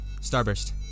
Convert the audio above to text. Starburst